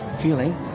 feeling